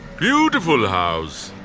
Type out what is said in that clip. beautiful house.